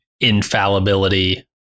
infallibility